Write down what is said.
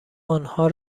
آنها